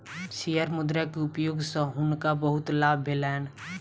share मुद्रा के उपयोग सॅ हुनका बहुत लाभ भेलैन